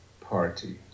party